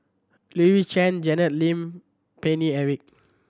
Louis Chen Janet Lim Paine Eric